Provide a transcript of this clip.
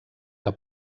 que